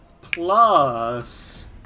Plus